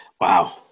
Wow